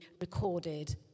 recorded